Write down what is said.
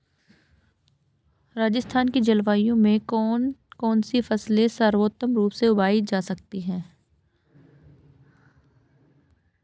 राजस्थान की जलवायु में कौन कौनसी फसलें सर्वोत्तम रूप से उगाई जा सकती हैं?